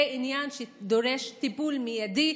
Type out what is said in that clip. זה עניין שדורש טיפול מיידי,